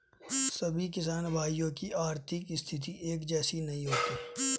सभी किसान भाइयों की आर्थिक स्थिति एक जैसी नहीं होती है